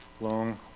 long